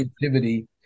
creativity